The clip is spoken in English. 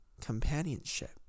companionship